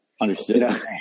Understood